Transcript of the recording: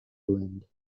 lind